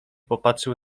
popatrzył